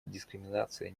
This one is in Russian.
дискриминация